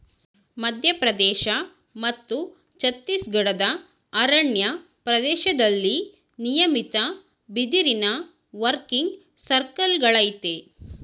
ಮಧ್ಯಪ್ರದೇಶ ಮತ್ತು ಛತ್ತೀಸ್ಗಢದ ಅರಣ್ಯ ಪ್ರದೇಶ್ದಲ್ಲಿ ನಿಯಮಿತ ಬಿದಿರಿನ ವರ್ಕಿಂಗ್ ಸರ್ಕಲ್ಗಳಯ್ತೆ